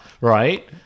right